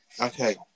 Okay